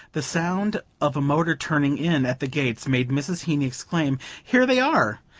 the sound of a motor turning in at the gates made mrs. heeny exclaim here they are!